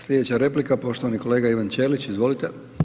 Slijedeća replika poštovani kolega Ivan Ćelić, izvolite.